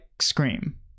Scream